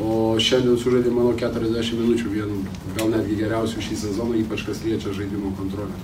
o šiandien sužaidėm manau keturiasdešimt minučių vien gal netgi geriausių šį sezoną ypač kas liečia žaidimo kontrolę